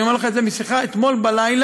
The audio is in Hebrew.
אני מבקש להקפיד על זמן דקה, לא יותר.